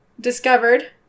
discovered